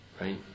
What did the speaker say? right